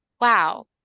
wow